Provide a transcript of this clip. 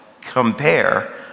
compare